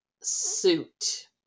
suit